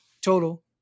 total